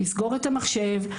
לסגור את המחשב,